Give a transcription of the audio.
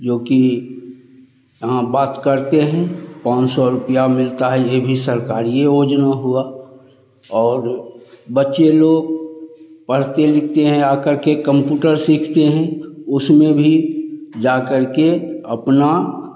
जो की बात करते हैं पाँच सौ रूपिया मिलता है ये भी सरकारी योजना हुआ और बच्चे लोग पढ़ते लिखते हैं आकर के कम्पुटर सीखते हैं उसमें भी जा करके अपना